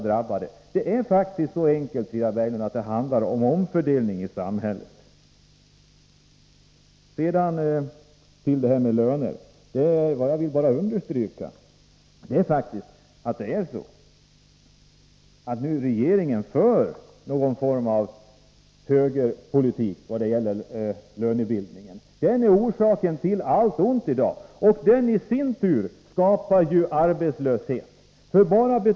Det är faktiskt så enkelt, Frida Berglund, att det handlar om omfördelning i samhället. När det sedan gäller löner vill jag bara understryka att regeringen nu för någon form av högerpolitik i fråga om lönebildningen. Den är orsaken till allt ont i dag, och den i sin tur skapar arbetslöshet.